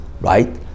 right